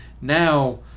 Now